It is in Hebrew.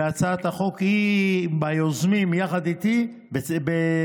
ובהצעת החוק היא ביוזמים יחד איתי בזכות,